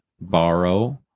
borrow